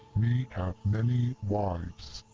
me have many wives!